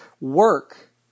work